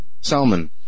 Salman